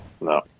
No